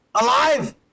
Alive